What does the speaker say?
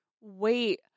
Wait